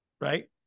right